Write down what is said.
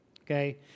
okay